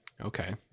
Okay